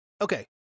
okay